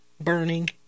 burning